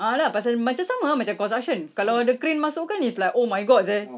ah lah pasal macam sama ah macam construction kalau ada crane masuk kan it's like oh my god seh